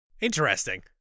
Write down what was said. Interesting